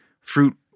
fruit